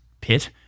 pit